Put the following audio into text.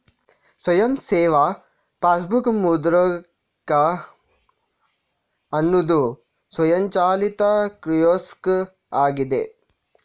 ಸ್ವಯಂ ಸೇವಾ ಪಾಸ್ಬುಕ್ ಮುದ್ರಕ ಅನ್ನುದು ಸ್ವಯಂಚಾಲಿತ ಕಿಯೋಸ್ಕ್ ಆಗಿದೆ